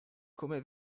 come